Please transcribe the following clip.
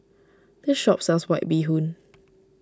this shop sells White Bee Hoon